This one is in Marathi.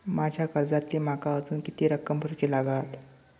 माझ्या कर्जातली माका अजून किती रक्कम भरुची लागात?